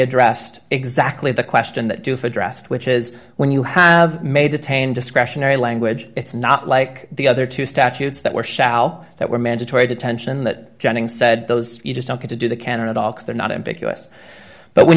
addressed exactly the question that doof addressed which is when you have may detain discretionary language it's not like the other two statutes that were shall that were mandatory detention that jennings said those you just don't get to do the canon at all because they're not ambiguous but when